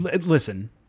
Listen